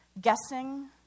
guessing